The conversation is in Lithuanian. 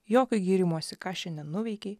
jokio gyrimosi ką šiandien nuveikei